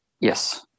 Yes